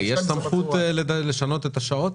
יש סמכות לשנות את השעות?